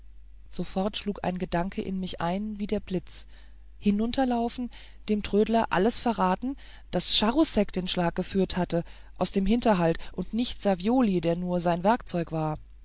sofort schlug ein gedanke in mich ein wie der blitz hinunterlaufen dem trödler alles verraten daß charousek den schlag geführt hatte aus dem hinterhalt und nicht savioli der nur das werkzeug war